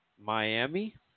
Miami